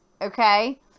Okay